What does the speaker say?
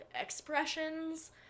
expressions